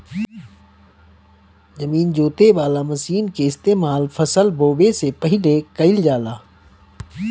जमीन जोते वाला मशीन के इस्तेमाल फसल बोवे से पहिले कइल जाला